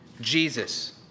Jesus